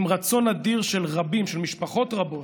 עם רצון אדיר של רבים, של משפחות רבות,